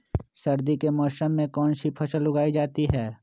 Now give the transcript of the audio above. सर्दी के मौसम में कौन सी फसल उगाई जाती है?